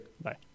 Bye